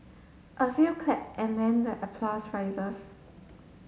a few clap and then the applause rises